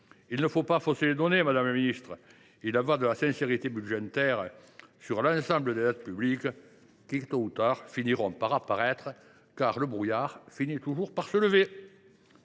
Il ne faut pas fausser les données, madame la ministre ! Il y va de la sincérité budgétaire sur l’ensemble des dettes publiques qui, tôt ou tard, finiront par apparaître, car le brouillard finit toujours par se dissiper.